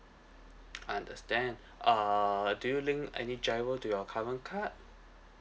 understand uh do you link any giro to your current card